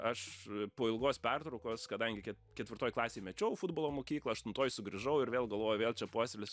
aš po ilgos pertraukos kadangi ketvirtoj klasėj mečiau futbolo mokyklą aštuntoj sugrįžau ir vėl galvojau vėl čia puoselėsiu